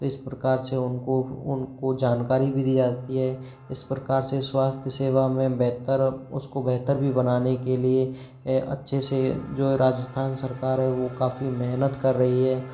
तो इस प्रकार से उनको उनको जानकारी भी दी जाती है इस प्रकार से स्वास्थ्य सेवा में बेहतर उसको बेहतर भी बनाने के लिए अच्छे से जो राजिस्थान सरकार है वो काफ़ी मेहनत कर रही है